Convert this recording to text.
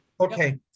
Okay